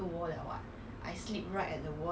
depends lah some people can some people